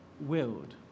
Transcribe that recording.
willed